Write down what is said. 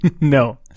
no